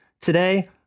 today